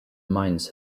mines